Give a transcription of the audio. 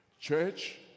Church